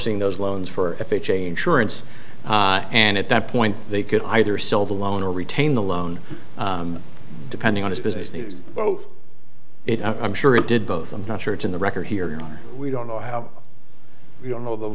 sing those loans for f h a insured it's and at that point they could either sell the loan or retain the loan depending on his business news both it i'm sure it did both i'm not sure it's in the record here we don't know how we don't know the